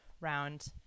round